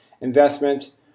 investments